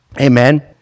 Amen